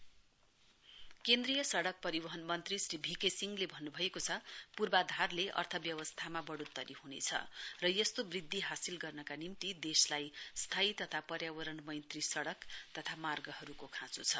V K Singh road केन्द्रीय सड़क परिवहन मन्त्री श्री भी के सिंहले भन्नुभएको छ पूर्वधारले अर्थव्यवस्थामा वढ़ोत्तरी हुनेछ र यस्ते वृध्दि हासिल गर्नका निम्ति देशलाई स्थीय तथा पर्यावरण मैत्री सड़क तथा र्गहरुको खाँचो छ